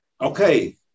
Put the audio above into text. Okay